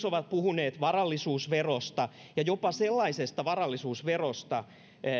ovat myös puhuneet varallisuusverosta ja jopa sellaisesta varallisuusverosta